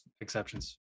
exceptions